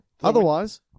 Otherwise